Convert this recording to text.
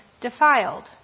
defiled